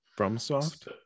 FromSoft